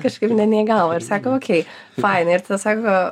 kažkaip ne neįgavo ir sako okei faina ir sako